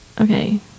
Okay